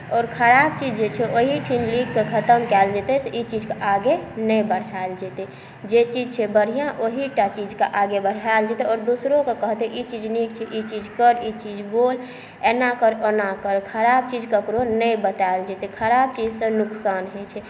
आओर खराब चीज जे छै एहिठाम लिखके खतम कयल जेतै से ई चीजके आगे नहि बढ़ायल जेतै जे चीज छै बढ़िऑं ओहि टा चीज आगे बढ़ायल जेतै आओर दोसरोकेँ कहतै ई चीज कर ई चीज बोल एना कर ओना कर खराब चीज ककरो नहि बतायल जेतै खराब चीजसँ नुकसान होइ छै